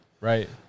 Right